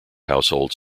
households